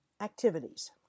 activities